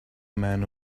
man